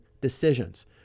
decisions